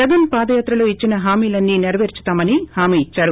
జగన్ పాదయాత్రలో ఇచ్చిన హామీలన్నీ నేరవేర్సుతామని హామీ ఇచ్చారు